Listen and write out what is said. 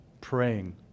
praying